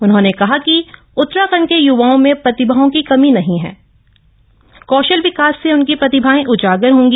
उन्होंने कह कि उत्तराखण्ड के युवाओं में प्रतिभाओं की कमी नहीं है कौशल विकास से उनकी प्रतिभाएं उजागर होंगी